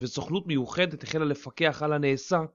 וסוכנות מיוחדת החלה לפקח על הנעשה